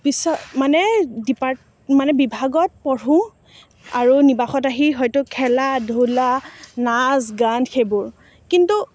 বিশ্ব মানে ডিপাৰ্ট মানে বিভাগত পঢ়োঁ আৰু নিবাসত আহি হয়তু খেলা ধূলা নাচ গান সেইবোৰ কিন্তু